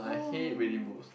oh